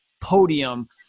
podium